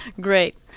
Great